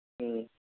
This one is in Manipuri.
ꯎꯝ